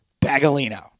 Bagolino